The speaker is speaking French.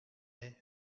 est